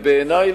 בעיני,